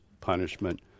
punishment